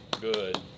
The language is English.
good